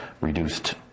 reduced